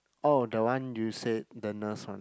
oh that one you said the nurse one